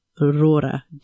Aurora